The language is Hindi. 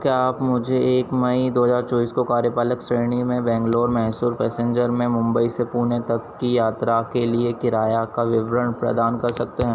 क्या आप मुझे एक मई दो हज़ार चौबीस को कार्यपालक श्रेणी में बैंगलोर मैसूर पैसेन्जर में मुम्बई से पुणे तक की यात्रा के लिए किराया का विवरण प्रदान कर सकते हैं